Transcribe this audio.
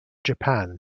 japan